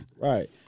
Right